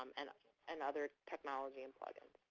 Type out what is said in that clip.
um and ah and other technology and plugins.